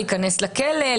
להיכנס לכלא,